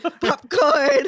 Popcorn